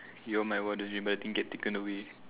you are my wildest dream but the thing get taken away